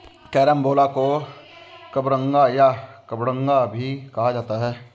carambola को कबरंगा या कबडंगा भी कहा जाता है